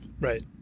Right